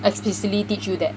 explicitly teach you that